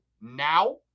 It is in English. now